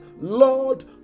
lord